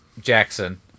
jackson